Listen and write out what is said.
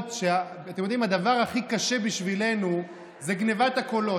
אתם יודעים שהדבר הכי קשה בשבילנו זה גנבת הקולות.